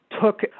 took